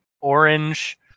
orange